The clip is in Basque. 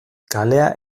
kalea